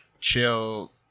chill